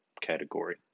category